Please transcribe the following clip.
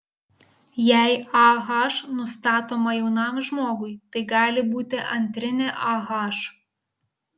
jei ah nustatoma jaunam žmogui tai gali būti antrinė ah